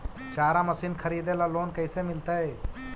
चारा मशिन खरीदे ल लोन कैसे मिलतै?